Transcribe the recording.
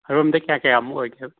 ꯔꯨꯝꯗ ꯀꯌꯥ ꯀꯌꯥꯃꯨꯛ ꯑꯣꯏꯒꯦ